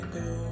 go